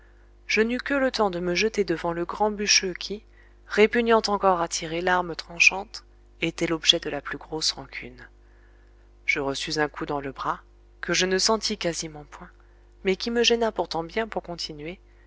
je n'eus que le temps de me jeter devant le grand bûcheux qui répugnant encore à tirer l'arme tranchante était l'objet de la plus grosse rancune je reçus un coup dans le bras que je ne sentis quasiment point mais qui me gêna pourtant bien pour continuer